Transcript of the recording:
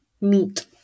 meat